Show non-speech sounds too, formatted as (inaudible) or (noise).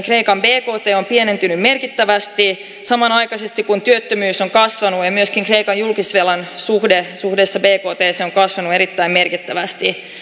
(unintelligible) kreikan bkt on pienentynyt merkittävästi samanaikaisesti kun työttömyys on kasvanut ja myöskin kreikan julkisvelan suhde suhteessa bkthen on kasvanut erittäin merkittävästi